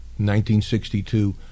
1962